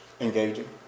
engaging